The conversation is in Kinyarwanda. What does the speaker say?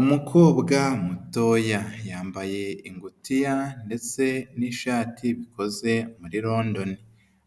Umukobwa mutoya yambaye ingutiya ndetse n'ishati bikoze muri londoni,